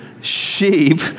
sheep